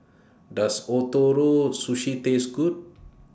Does Ootoro Sushi Taste Good